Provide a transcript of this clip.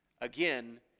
Again